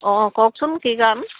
অঁ কওকচোন কি কাৰণ